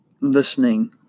listening